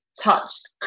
touched